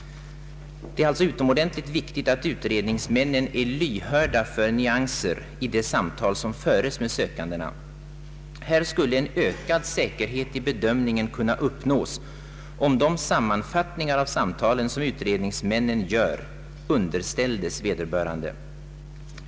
Det är alltså utomordentligt viktigt att utredningsmännen är lyhörda för nyanser i de samtal som förs med sökandena. Här skulle en ökad säkerhet i bedömningen kunna uppnås, om de sammanfattningar av samtalen som utredningsmännen skriver ut underställdes vederbörande.